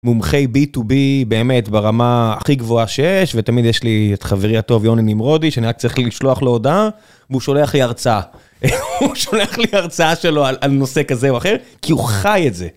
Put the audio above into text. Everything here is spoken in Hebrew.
מומחי בי-טו-בי באמת ברמה הכי גבוהה שיש, ותמיד יש לי את חברי הטוב יוני נמרודי, שאני רק צריך לשלוח לו הודעה, והוא שולח לי הרצאה. הוא שולח לי הרצאה שלו על נושא כזה או אחר, כי הוא חי את זה.